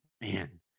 man